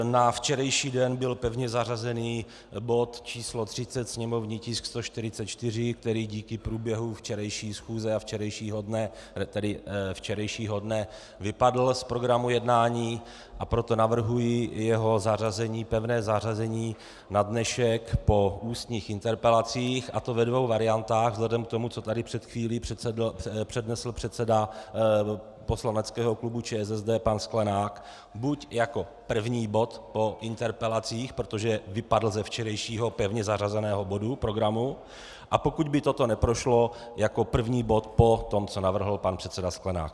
Na včerejší den byl pevně zařazen bod číslo 30, sněmovní tisk 144, který díky průběhu včerejší schůze a včerejšího dne vypadl z programu jednání, a proto navrhuji jeho pevné zařazení na dnešek po ústních interpelacích, a to ve dvou variantách vzhledem k tomu, co tady před chvílí přednesl předseda poslaneckého klubu ČSSD pan Sklenák: buď jako první bod po interpelacích, protože vypadl ze včerejšího pevně zařazeného bodu programu, a pokud by toto neprošlo, jako první bod po tom, co navrhl pan předseda Sklenák.